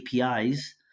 APIs